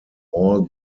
all